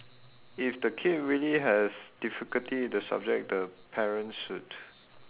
if the kid really has difficulty with the subject the parents should